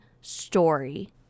story